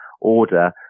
order